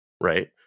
right